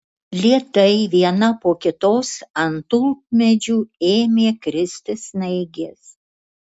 lėtai viena po kitos ant tulpmedžių ėmė kristi snaigės